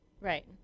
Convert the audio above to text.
right